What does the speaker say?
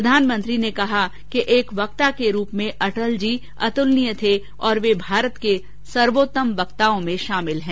प्रधानमंत्री ने कहा कि एक वक्ता के रूप में अटल जी अत्लनीय थे और वह भारत के सर्वोत्तम वक्ताओं में शामिल हैं